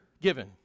given